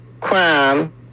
crime